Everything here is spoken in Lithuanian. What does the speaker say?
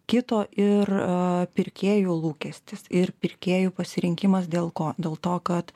kito ir pirkėjų lūkestis ir pirkėjų pasirinkimas dėl ko dėl to kad